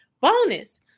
bonus